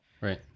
Right